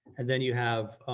and then you have